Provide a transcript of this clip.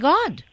God